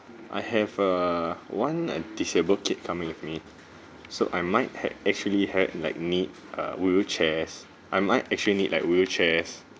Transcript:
I have err one disabled kid coming with me so I might hav~ actually had like need err wheelchairs I might actually need like wheelchairs